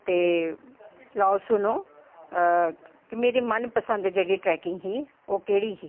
ते लैओ सुनों कि मेरी मन पसंद ट्रैकिंग ओह् केह्ड़ी ही